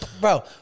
bro